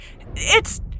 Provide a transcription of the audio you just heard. it's-